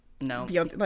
No